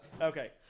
Okay